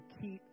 keep